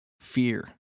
Fear